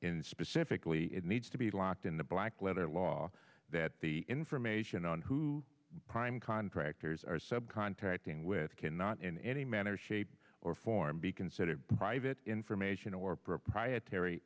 in specifically it needs to be locked in the black letter law at the information on who prime contractors are sub contracting with cannot in any manner shape or form be considered private information or proprietary